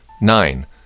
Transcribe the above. Nine